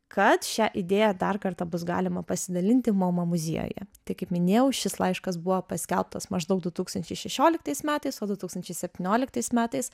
kad šią idėją dar kartą bus galima pasidalinti momo muziejuje tai kaip minėjau šis laiškas buvo paskelbtas maždaug du tūkstančiai šešioliktais metais o du tūkstančiai septynioliktais metais